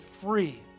free